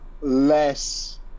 less